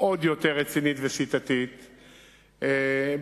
עוד יותר רצינית ושיטתית, בהחלט.